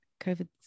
covid